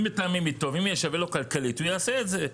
אם מתאמים איתו ויהיה שווה לו כלכלית הוא יעשה את זה.